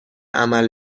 عمل